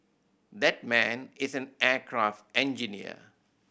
that man is an aircraft engineer